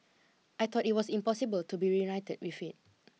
I thought it was impossible to be reunited with it